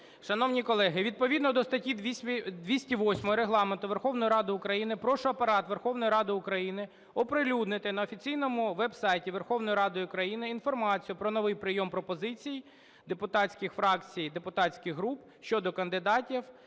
Шановні колеги, відповідно до статті 208 Регламенту Верховної Ради України прошу Апарат Верховної Ради України оприлюднити на офіційному веб-сайті Верховної Ради України інформацію про новий прийом пропозицій депутатських фракцій, депутатських груп щодо кандидатів